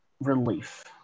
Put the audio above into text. relief